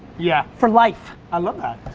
yeah. for life. i love that.